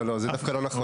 לא, לא, זה דווקא לא נכון.